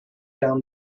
down